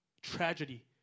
tragedy